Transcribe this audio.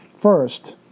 First